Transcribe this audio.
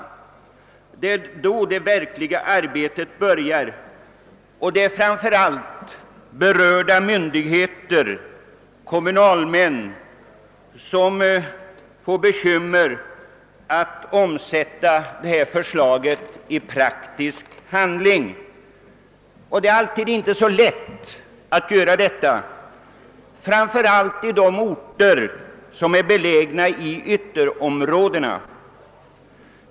Nej, det är då det verkliga arbetet börjar och berörda myndigheter och kommunalmän får bekymmer med att omsätta förslaget i praktisk handling. Detta blir inte så lätt, framför allt inte i orter som är belägna i ytterområdena.